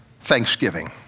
thanksgiving